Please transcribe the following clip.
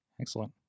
Excellent